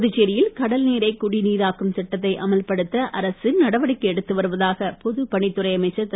புதுச்சேரியில் கடல்நீரை குடிநீராக்கும் திட்டத்தை அமல்படுத்த அரசு நடவடிக்கை எடுத்து வருவதாக பொதுப் பணித்துறை அமைச்சர் திரு